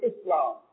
Islam